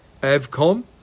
Avcom